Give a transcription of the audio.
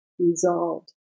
resolved